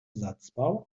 satzbau